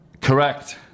Correct